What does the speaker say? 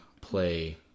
play